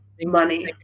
Money